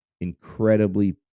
incredibly